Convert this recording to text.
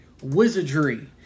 Wizardry